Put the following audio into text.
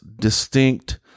distinct